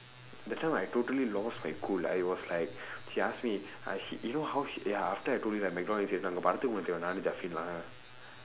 that time I totally lost my cool I was like she ask me I sh~ you know how sh~ eh after I told you that mcdonald incident அங்கே:angkee செய்வோம் நானும்:seyvoom naanum lah